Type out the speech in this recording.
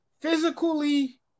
physically